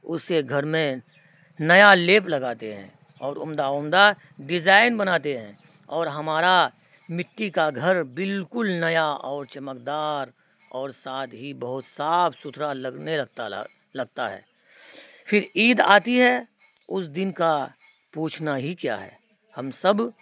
اسے گھر میں نیا لیپ لگاتے ہیں اور عمدہ عمدہ ڈیزائن بناتے ہیں اور ہمارا مٹی کا گھر بالکل نیا اور چمکدار اور ساتھ ہی بہت صاف ستھرا لگنے لگتا لگتا ہے پھر عید آتی ہے اس دن کا پوچھنا ہی کیا ہے ہم سب